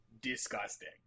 disgusting